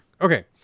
Okay